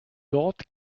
dort